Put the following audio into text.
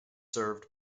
served